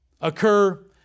occur